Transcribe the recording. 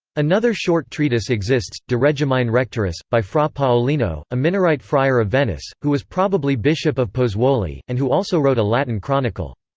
another short treatise exists de regimine rectoris, by fra paolino, a minorite friar of venice, who was probably bishop of pozzuoli, and who also wrote a latin chronicle.